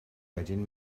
wedyn